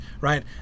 right